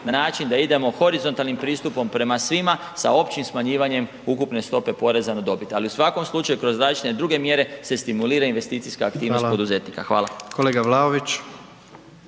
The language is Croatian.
na način da idemo horizontalnim pristupom prema svima sa općim smanjivanjem ukupne stope poreza na dobit. Ali u svakom slučaju kroz različite druge mjere se stimulira investicijska aktivnost poduzetnika. Hvala. **Jandroković,